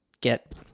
get